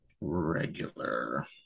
regular